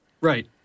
Right